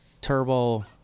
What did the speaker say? turbo